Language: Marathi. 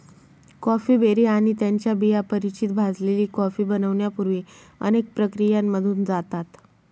कॉफी बेरी आणि त्यांच्या बिया परिचित भाजलेली कॉफी बनण्यापूर्वी अनेक प्रक्रियांमधून जातात